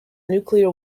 nuclear